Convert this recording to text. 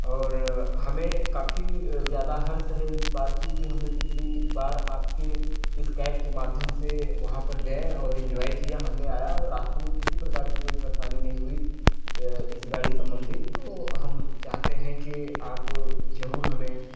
और हमें काफ़ी अ ज्यादा हर्ष है इस बात की कि हमने पिछली बार आपके इस कैब के माध्यम से वहाँ पर गए और इंजॉय किया हमने आया और रास्ते में किसी प्रकार की कोई परेशानी नहीं हुई अ इस गाड़ी संबंधित तो हम चाहते हैं कि आप अ जरूर हमें